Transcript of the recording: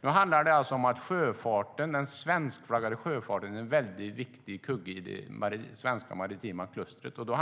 Nu handlar det om att den svenskflaggade sjöfarten är en viktig kugge i det svenska maritima klustret.